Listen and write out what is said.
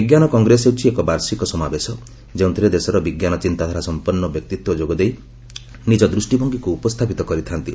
ବିଜ୍ଞାନ କଂଗ୍ରେସ ହେଉଛି ଏକ ବାର୍ଷିକ ସମାବେଶ ଯେଉଁଥିରେ ଦେଶର ବିଜ୍ଞାନ ଚିନ୍ତାଧାରାସମ୍ପନ୍ନ ବ୍ୟକ୍ତିତ୍ୱ ଯୋଗଦେଇ ନିଜ ଦୃଷ୍ଟିଭଙ୍ଗୀକୁ ଉପସ୍ଥାପିତ କରିଥା'ନ୍ତି